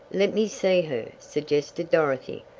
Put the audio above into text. let me see her, suggested dorothy.